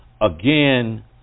again